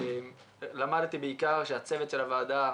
למדתי בעיקר שהצוות של הוועדה,